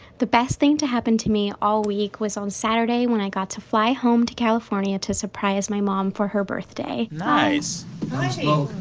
the best thing to happen to me all week was on saturday, when i got to fly home to california to surprise my mom for her birthday nice oh,